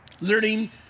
learning